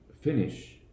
finish